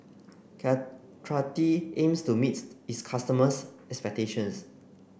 Caltrate aims to meet its customers expectations